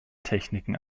techniken